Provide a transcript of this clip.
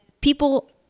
people